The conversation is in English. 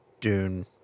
Dune